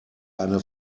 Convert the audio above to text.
eine